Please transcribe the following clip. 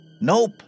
Nope